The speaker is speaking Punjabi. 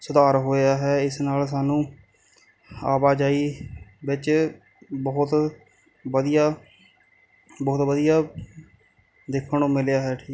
ਸੁਧਾਰ ਹੋਇਆ ਹੈ ਇਸ ਨਾਲ ਸਾਨੂੰ ਆਵਾਜਾਈ ਵਿੱਚ ਬਹੁਤ ਵਧੀਆ ਬਹੁਤ ਵਧੀਆ ਦੇਖਣ ਨੂੰ ਮਿਲਿਆ ਹੈ